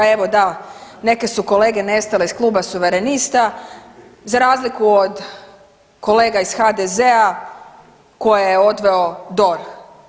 Evo, da, neke su kolege nestale iz Kluba suverenista za razliku od kolega iz HDZ-a koje je odveo DORH.